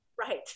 Right